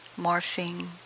morphing